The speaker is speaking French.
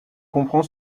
comprend